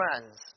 friends